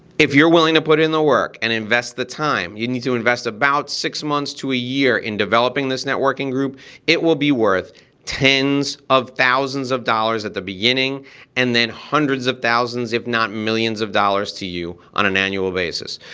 if you're willing to put in the work and invest the time, you need to invest about six months to a year in developing this networking group it will be worth tens of thousands of dollars at the beginning and then hundreds of thousands, if not millions of dollars to you on an annual basis.